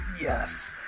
Yes